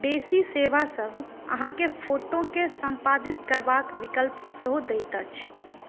बेसी सेवासभ अहाँके फोटोके सम्पादित करबाक विकल्प सेहो दैत अछि